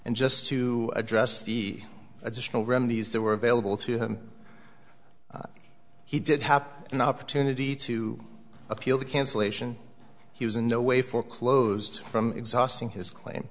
and just to address the additional remedies there were available to him he did have an opportunity to appeal the cancellation he was in no way for closed from exhausting his claim